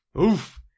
Oof